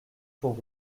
pour